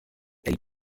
elle